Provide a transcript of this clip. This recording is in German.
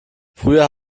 früher